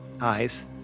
eyes